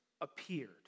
appeared